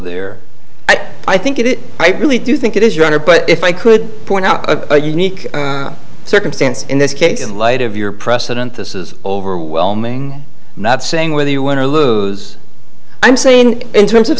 there i think it is i really do think it is your honor but if i could point out a unique circumstance in this case in light of your precedent this is overwhelming not saying whether you win or lose i'm saying in terms of